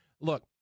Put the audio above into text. Look